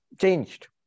changed